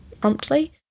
promptly